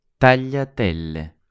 Tagliatelle